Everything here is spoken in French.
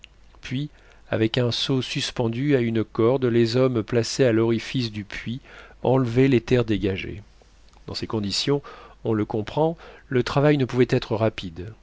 puis avec un seau suspendu à une corde les hommes placés à l'orifice du puits enlevaient les terres dégagées dans ces conditions on le comprend le travail ne pouvait être rapide